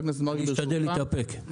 אשתדל להתאפק.